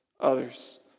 others